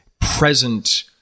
present